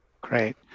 Great